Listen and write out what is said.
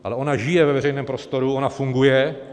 Ale ona žije ve veřejném prostoru, ona funguje.